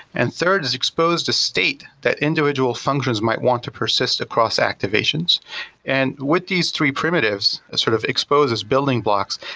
and third is expose to state that individual functions might want to persist across activations and with these three primitives sort of exposes building blocks.